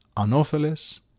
Anopheles